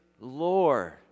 Lord